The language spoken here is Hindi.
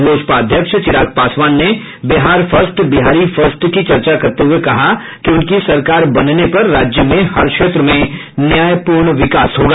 लोजपा अध्यक्ष चिराग पासवान ने बिहार फर्स्ट बिहारी फर्स्ट की चर्चा करते हुए कहा कि उनकी सरकार बनने पर राज्य में हर क्षेत्र में न्यायपूर्ण विकास होगा